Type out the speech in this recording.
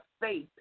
faith